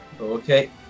Okay